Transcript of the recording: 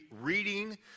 reading